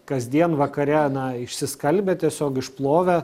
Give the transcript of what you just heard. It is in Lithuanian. kasdien vakare na išsiskalbę tiesiog išplovę